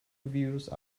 reviews